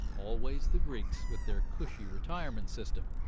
always the greeks with their cushy retirement system.